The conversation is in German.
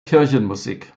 kirchenmusik